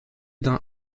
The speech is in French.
d’un